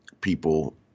people